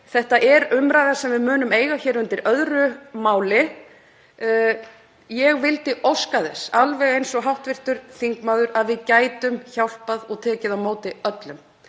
Þetta er umræða sem við munum eiga hér undir öðru máli. Ég vildi óska þess, alveg eins og hv. þingmaður, að við gætum hjálpað og tekið á móti öllum.